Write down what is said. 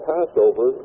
Passover